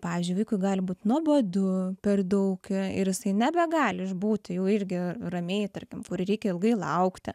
pavyzdžiui vaikui gali būt nuobodu per daug ir jisai nebegali išbūti jau irgi ramiai tarkim kur reikia ilgai laukti